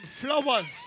flowers